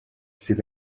sydd